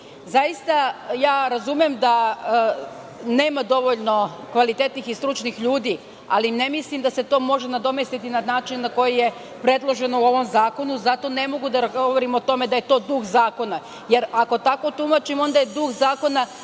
Zaista, razumem da nema dovoljno kvalitetnih i stručnih ljudi, ali ne mislim da se to može nadomestiti na način na koji je predloženo u ovom zakonu. Zato ne mogu da govorim o tome da je to duh zakona. Jer, ako tako tumačimo, onda je duh zakona